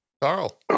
Carl